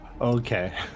Okay